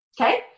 Okay